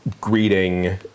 greeting